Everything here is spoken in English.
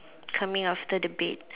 coming after the bait